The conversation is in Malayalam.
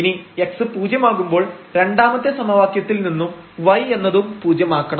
ഇനി x പൂജ്യമാകുമ്പോൾ രണ്ടാമത്തെ സമവാക്യത്തിൽ നിന്നും y എന്നതും പൂജ്യമാക്കണം